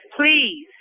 Please